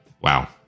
wow